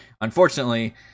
Unfortunately